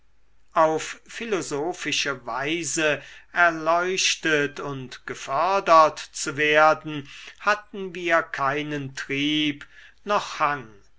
auf philosophische weise erleuchtet und gefördert zu werden hatten wir keinen trieb noch hang